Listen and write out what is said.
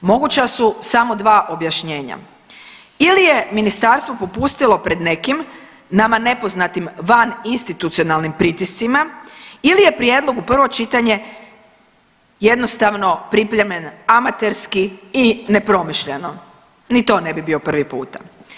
Moguća su samo dva objašnjenja, ili je ministarstvo popustilo pred nekim nama nepoznatim van institucionalnim pritiscima ili je prijedlog u prvo čitanje jednostavno pripremljen amaterski i nepromišljeno, ni to ne bi bio prvi puta.